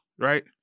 right